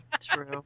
true